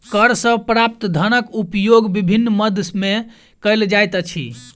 कर सॅ प्राप्त धनक उपयोग विभिन्न मद मे कयल जाइत अछि